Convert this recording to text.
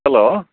hello